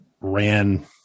ran